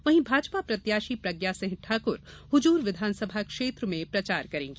वहीं भाजपा प्रत्याशी प्रज्ञा सिंह ठाकुर हुजूर विधानसभा क्षेत्र में प्रचार करेंगी